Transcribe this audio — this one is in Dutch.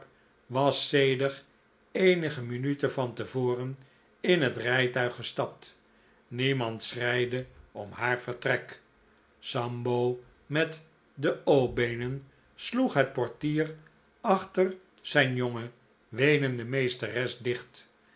was zedig eenige minuten van te voren in het rijtuig gestapt niemand schreidde om haar vertrek sambo met de o beenen sloeg het portier achter zijn jonge weenende meesteres dicht